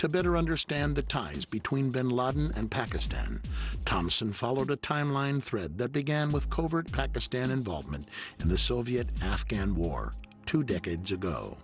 to better understand the times between bin laden and pakistan thomas and followed a timeline thread that began with covert pakistan involvement in the soviet afghan war two decades ago